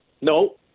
No